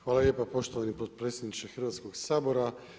Hvala lijepo poštovani potpredsjedniče Hrvatskog sabora.